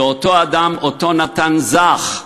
זה אותו אדם, אותו נתן זך,